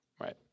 Right